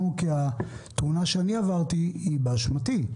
התאונה שאני עברתי היא באשמתי,